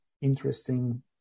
interesting